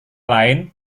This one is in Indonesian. lain